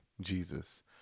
Jesus